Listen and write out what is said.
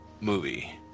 movie